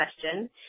question